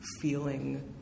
feeling